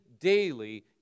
daily